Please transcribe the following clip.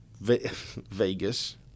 Vegas